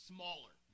Smaller